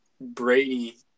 Brady